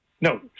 No